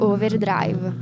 Overdrive